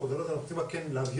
על סדר היום הצעת תקנות קרן לאזרחי